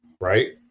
Right